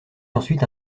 ensuite